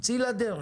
צאי לדרך.